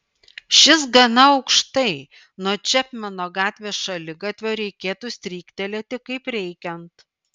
šis gana aukštai nuo čepmeno gatvės šaligatvio reikėtų stryktelėti kaip reikiant